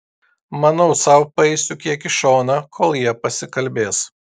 manau sau paeisiu kiek į šoną kol jie pasikalbės